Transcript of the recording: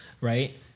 right